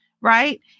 right